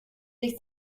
sich